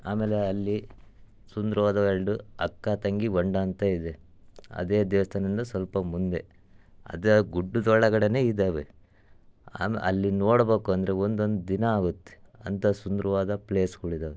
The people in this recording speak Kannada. ಆಮೇಲೆ ಅಲ್ಲಿ ಸುಂದ್ರವಾದವು ಎರಡು ಅಕ್ಕ ತಂಗಿ ಹೊಂಡ ಅಂತ ಇದೆ ಅದೇ ದೇವಸ್ಥಾನ್ದಿಂದ ಸ್ವಲ್ಪ ಮುಂದೆ ಅದೇ ಗುಡ್ಡದೊಳಗಡೇನೆ ಇದ್ದಾವೆ ಆಮ್ ಅಲ್ಲಿ ನೋಡ್ಬೇಕುಂದ್ರೆ ಒಂದೊಂದು ದಿನ ಆಗುತ್ತೆ ಅಂಥ ಸುಂದ್ರವಾದ ಪ್ಲೇಸ್ಗಳಿದಾವೆ